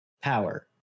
power